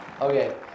Okay